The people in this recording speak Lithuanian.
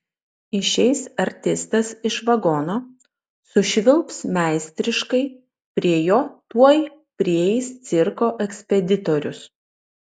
išeis artistas iš vagono sušvilps meistriškai prie jo tuoj prieis cirko ekspeditorius